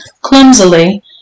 Clumsily